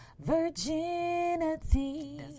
virginity